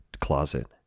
closet